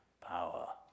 power